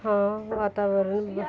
ਹਾਂ ਵਾਤਾਵਰਨ